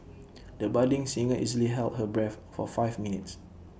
the budding singer easily held her breath for five minutes